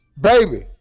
baby